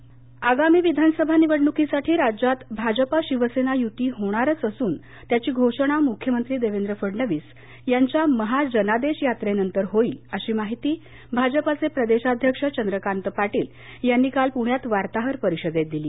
युती आगामी विधानसभा निवडणूकीसाठी राज्यात भाजप शिवसेना यूती होणारच असून त्याची घोषणा मुख्यमंत्री देवेंद्र फडणवीस यांच्या महाजानदेश यात्रेनंतर होईल अशी माहिती भाजपचे प्रदेशाध्यक्ष चंद्रकांत पाटील यांनी काल प्ण्यात वार्ताहर परिषदेत दिली